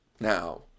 Now